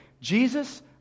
Jesus